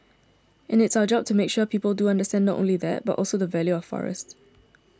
and it's our job to make sure people do understand not only that but also the value of forest